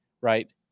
right